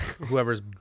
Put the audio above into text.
whoever's